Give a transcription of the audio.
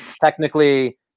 technically